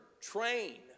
train